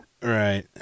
Right